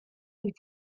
wyt